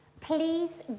please